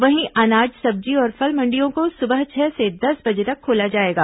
वहीं अनाज सब्जी और फल मंडियों को सुबह छह से दस बजे तक खोला जाएगा